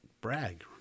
brag